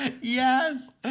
Yes